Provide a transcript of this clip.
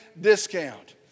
discount